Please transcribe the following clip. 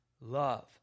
love